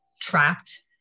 trapped